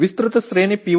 பரந்த அளவிலான பி